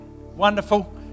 wonderful